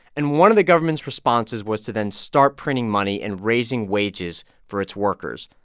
and one of the government's responses was to then start printing money and raising wages for its workers.